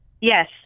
Yes